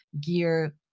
gear